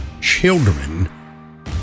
children